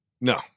No